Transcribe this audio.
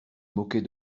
moquait